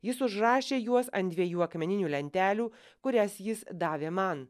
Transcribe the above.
jis užrašė juos ant dviejų akmeninių lentelių kurias jis davė man